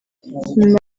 nyuma